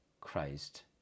Christ